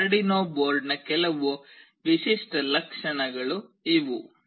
ಈ ಆರ್ಡುನೊ ಬೋರ್ಡ್ನ ಕೆಲವು ವಿಶಿಷ್ಟ ಲಕ್ಷಣಗಳು ಇವು